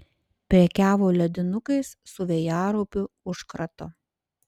prekiavo ledinukais su vėjaraupių užkratu